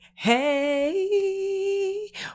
Hey